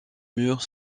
murs